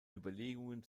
überlegungen